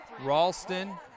Ralston